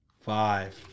five